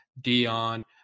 Dion